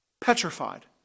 Petrified